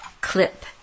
clip